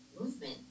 movement